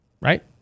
Right